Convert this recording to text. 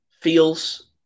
feels